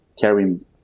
carrying